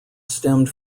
stemmed